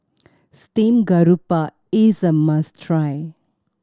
steamed grouper is a must try